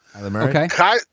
Okay